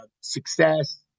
success